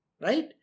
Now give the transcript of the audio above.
Right